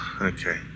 Okay